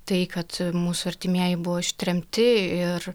tai kad mūsų artimieji buvo ištremti ir